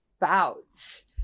bouts